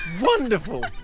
Wonderful